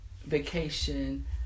vacation